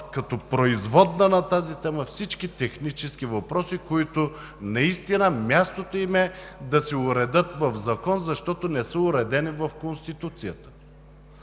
като производна на тази тема всички технически въпроси, на които мястото им е да се уредят в закон, защото не са уредени в Конституцията.